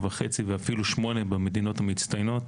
לצורך התחדשות עירונית בפריפריה ונבחרו המקומות שנבחרו.